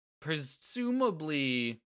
Presumably